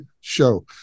show